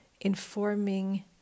informing